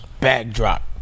Backdrop